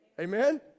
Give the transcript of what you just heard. Amen